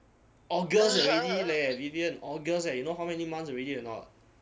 august already leh vivian august eh you know how many months already or not